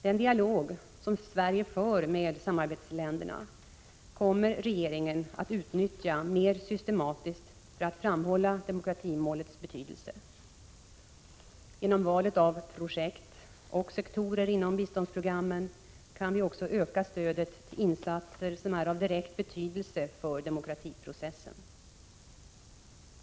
Den dialog som Sverige för med samarbetsländerna kommer regeringen att utnyttja mer systematiskt för att framhålla demokratimålets betydelse. Genom valet av projekt och sektorer inom biståndsprogrammen kan vi också öka stödet till insatser som är av direkt betydelse för demokratiseringsprocessen.